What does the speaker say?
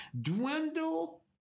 dwindle